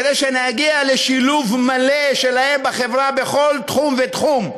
כדי שנגיע לשילוב מלא שלהם בחברה בכל תחום ותחום.